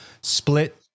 split